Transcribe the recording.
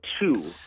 two